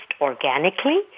organically